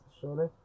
surely